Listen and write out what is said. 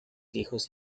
hijos